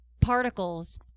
particles